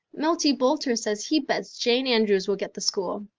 milty boulter says he bets jane andrews will get the school.